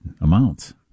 amounts